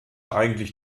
eigentlich